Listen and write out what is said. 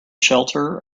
shelter